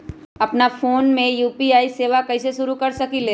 अपना फ़ोन मे यू.पी.आई सेवा कईसे शुरू कर सकीले?